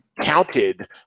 counted